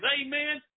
Amen